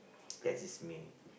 that is me